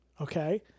Okay